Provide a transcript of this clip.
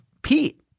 Pete